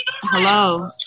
hello